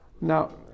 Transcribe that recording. Now